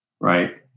right